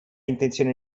intenzione